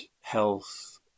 health